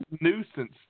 nuisance